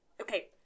okay